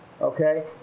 okay